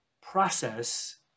process